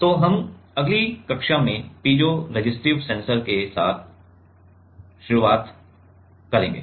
तो हम अगली कक्षा में पीजोरेसिस्टिव सेंसर के साथ शुरुआत करेंगे